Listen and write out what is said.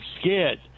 scared